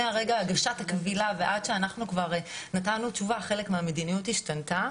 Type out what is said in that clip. כי מרגע הגשת הקבילה ועד שאנחנו כבר נתנו תשובה חלק מהמדיניות השתנתה.